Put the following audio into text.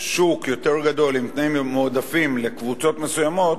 שוק יותר גדול, עם תנאים מועדפים לקבוצות מסוימות,